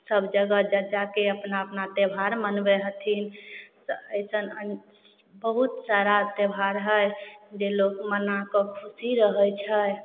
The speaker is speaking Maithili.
सब जगह जा जाके अपना अपना त्योहार मनबय हथिन अइसन बहुत सारा त्योहार हइ जे लोग मनाके खुशी रहय छै